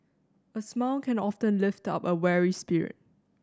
a smile can often lift up a weary spirit